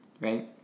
right